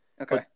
Okay